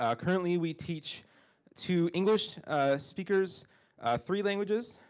ah currently we teach to english speakers three languages,